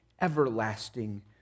everlasting